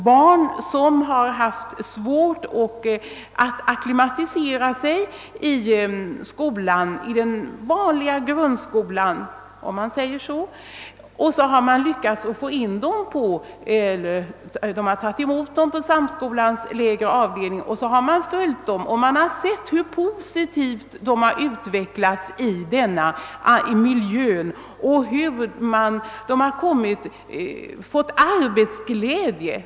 Barn som haft mycket svårt att acklimatisera sig i den vanliga grundskolan har, när de kommit till samskolan, utvecklats på ett mycket positivt sätt i denna miljö och fått arbetsglädje.